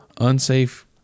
unsafe